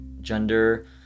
gender